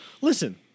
Listen